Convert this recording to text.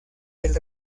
del